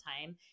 time